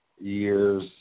years